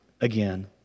again